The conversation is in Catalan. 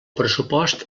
pressupost